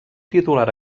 titular